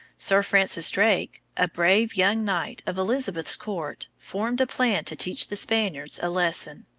sir francis drake, a brave young knight of elizabeth's court, formed a plan to teach the spaniards a lesson.